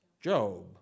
Job